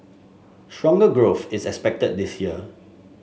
stronger growth is expected this year